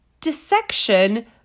dissection